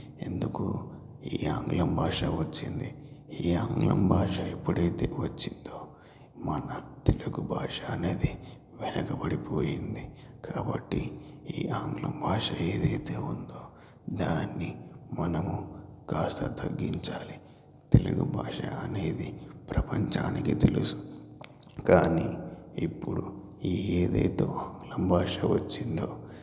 ఎందుకు ఈ ఆంగ్లం భాష వచ్చింది ఈ ఆంగ్లం భాష ఎప్పుడైతే వచ్చిందో మన తెలుగు భాష అనేది వెనుకబడిపోయింది కాబట్టి ఈ ఆంగ్లం భాష ఏదైతే ఉందో దాన్ని మనము కాస్త తగ్గించాలి తెలుగు భాష అనేది ప్రపంచానికి తెలుసు కానీ ఇప్పుడు ఏదేదో ఆంగ్లం భాష వచ్చిందో